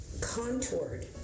contoured